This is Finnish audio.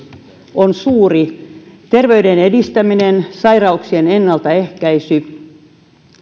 on suuri terveyden edistäminen sairauksien ennaltaehkäisy